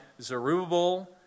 Zerubbabel